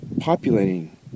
populating